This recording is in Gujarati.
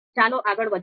ચાલો આગળ વધીએ